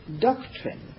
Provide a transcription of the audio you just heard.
doctrine